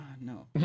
No